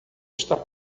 está